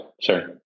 sure